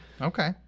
Okay